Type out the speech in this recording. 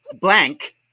blank